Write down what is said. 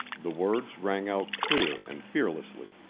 the words rang out clear and fearlessly.